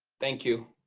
thank you.